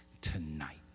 tonight